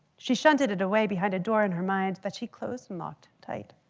she shunted it away behind a door in her mind that she closed and locked tight.